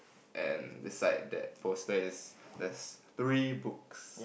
and beside that poster is this three books